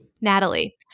Natalie